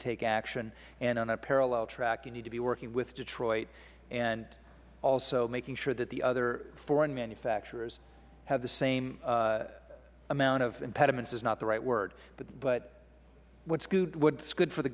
take action and on a parallel track you need to be working with detroit and also making sure that the other foreign manufacturers have the same amount of impediments is not the right word but what is good for the